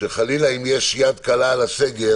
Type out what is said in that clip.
וחלילה אם יש יד קלה על הסגר